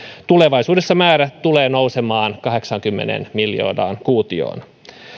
tulevaisuudessa määrä tulee nousemaan kahdeksaankymmeneen miljoonaan kuutioon